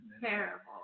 Terrible